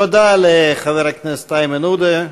תודה לחבר הכנסת איימן עודה.